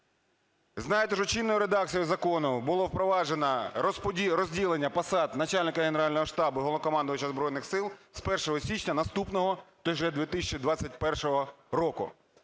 Знаєте, що чинною редакцією закону було впроваджено розділення посад начальника Генерального штабу і Головнокомандуючого Збройних Сил з 1 січня наступного 2021 року.